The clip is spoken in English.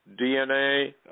DNA